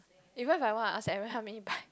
even if I want I ask Aaron help me buy